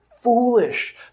foolish